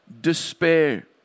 despair